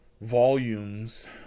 volumes